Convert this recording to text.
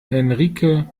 henrike